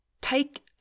take